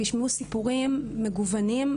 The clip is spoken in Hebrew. וישמעו סיפורים מגוונים,